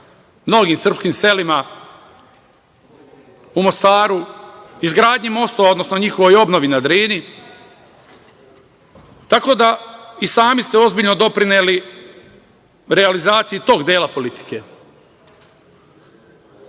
mnogim srpskim selima u Mostaru, izgradnji mostova, odnosno njihovoj obnovi na Drini. Tako da ste i sami ozbiljno doprineli realizaciji tog dela politike. Vreme